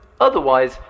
Otherwise